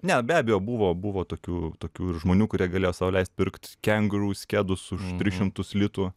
ne be abejo buvo buvo tokių tokių ir žmonių kurie galėjo sau leist pirkt kengūrus kedus už tris šimtus litų